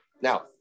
Now